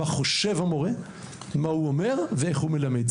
מה חושב המורה ואיך הוא מלמד,